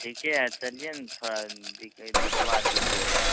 ठीक है चलिए ना थोड़ा दिखे दिखवा दीजिएगा